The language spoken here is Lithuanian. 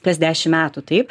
kas dešimt metų taip